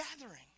gathering